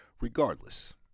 regardless